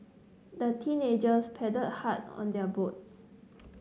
the teenagers paddled hard on their boats